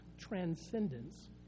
transcendence